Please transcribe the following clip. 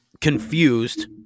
confused